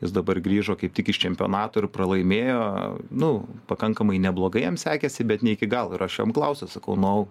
jis dabar grįžo kaip tik iš čempionato ir pralaimėjo nu pakankamai neblogai jam sekėsi bet ne iki galo ir aš jam klausiau sakau nojau